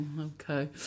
okay